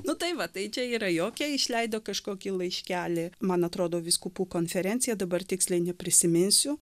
nu tai va tai čia yra jokia išleido kažkokį laiškelį man atrodo vyskupų konferencija dabar tiksliai neprisiminsiu